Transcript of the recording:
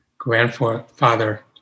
grandfather